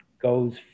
goes